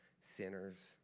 sinners